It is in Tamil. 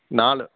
நாலு